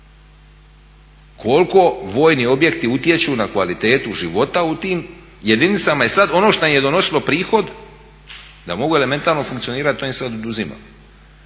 Koliko vojni objekti utječu na kvalitetu života u tim jedinicama i sada ono što im je donosilo prihod da mogu elementarno funkcionirati to im se oduzima.